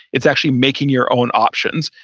it's actually making your own options.